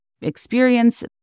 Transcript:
experience